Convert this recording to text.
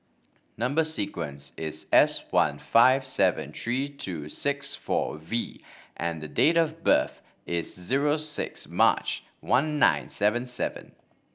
number sequence is S one five seven three two six four V and date of birth is zero six March one nine seven seven